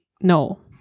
no